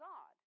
God